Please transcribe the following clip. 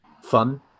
fun